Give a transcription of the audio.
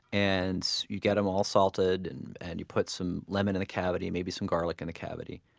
and you get him all salted and and you put some lemon in the cavity, maybe some garlic in the cavity,